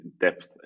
depth